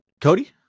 Cody